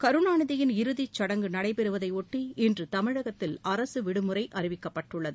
கருணாநிதியின் இறுதிச்சுடங்கு நடைபெறுவதையொட்டி இன்று தமிழகத்தில் அரசு விடுமுறை அறிவிக்கப்பட்டுள்ளது